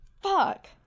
Fuck